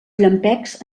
llampecs